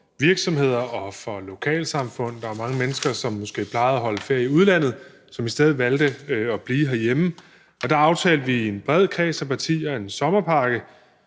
for virksomheder og for lokalsamfund. Der var mange mennesker, som måske plejer at holde ferie i udlandet, som i stedet valgte at blive herhjemme, og der aftalte vi i en bred kreds af partier en sommerpakke,